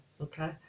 Okay